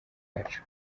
yacu